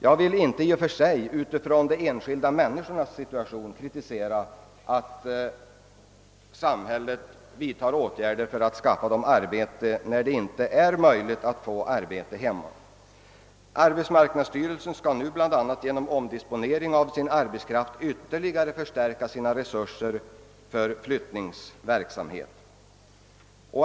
Jag vill med tanke på de enskilda människornas situationen inte i och för sig kritisera att samhället vidtar åtgärder för att skaffa dem arbete när det inte är möjligt att få arbete hemma. Arbetsmarknadsstyrelsen skall nu bl.a. genom omdisponering av sin arbetskraft ytterligare förstärka sina resurser för flyttningsverksamhet.